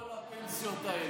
הצבעת על כל הפנסיות האלה.